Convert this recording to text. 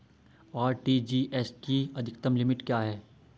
RTGS की अधिकतम limit क्या है?